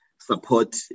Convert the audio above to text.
support